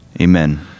Amen